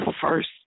first